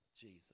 Jesus